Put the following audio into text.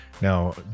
Now